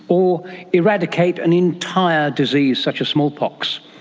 or eradicate an entire disease such as smallpox?